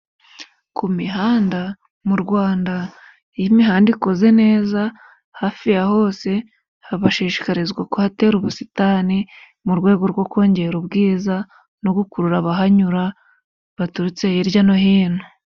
Ku mihanda, mu Rwanda, iyo imihanda ikoze neza, hafi ya hose habashishikarizwa kuhatera ubusitani mu rwego rwo kongera ubwiza no gukurura abahanyura baturutse hirya no hino.